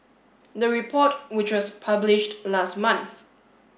the report which was published last month